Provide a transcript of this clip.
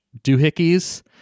doohickeys